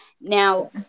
now